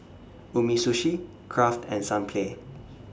Umisushi Kraft and Sunplay